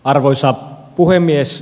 arvoisa puhemies